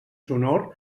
sonor